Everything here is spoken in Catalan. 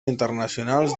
internacionals